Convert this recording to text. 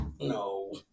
No